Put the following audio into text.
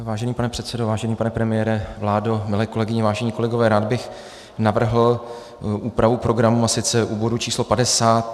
Vážený pane předsedo, vážený pane premiére, vládo, milé kolegyně, vážení kolegové, rád bych navrhl úpravu programu, a sice u bodu číslo 50.